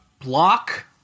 block